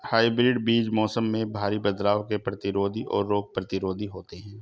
hybrid बीज मौसम में भारी बदलाव के प्रतिरोधी और रोग प्रतिरोधी होते हैं